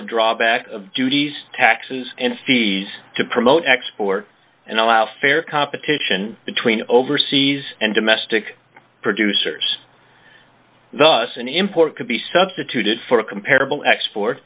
a drawback of duties taxes and fees to promote export and allow fair competition between overseas and domestic producers thus an import could be substituted for a comparable export